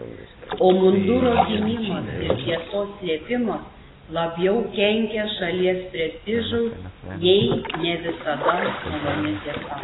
o munduro gynimas ir tiesos slėpimas labiau kenkia šalies prestižui nei ne visada maloni tiesa